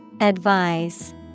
Advise